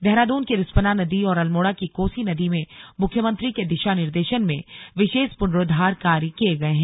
देहरादून की रिस्पना नदी और अल्मोड़ा की कोसी नदी में मुख्यमंत्री के दिशा निर्देशन में विशेष पुनरोद्वार कार्य किये गए हैं